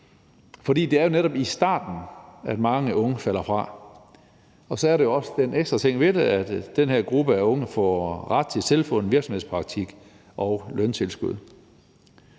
For det er jo netop i starten, at mange unge falder fra. Og så er der også den ekstra ting ved det, at den her gruppe af unge får ret til selvfunden virksomhedspraktik og løntilskud.